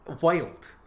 wild